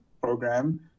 program